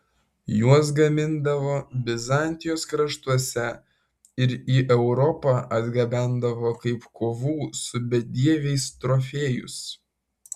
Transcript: juos gamindavo bizantijos kraštuose ir į europą atgabendavo kaip kovų su bedieviais trofėjus